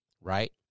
right